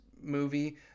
movie